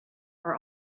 are